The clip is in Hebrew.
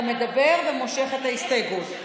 אתה מדבר, ומושך את ההסתייגות.